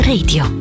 Radio